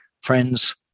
Friends